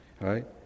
right